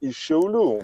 iš šiaulių